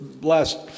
last